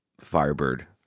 Firebird